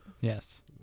Yes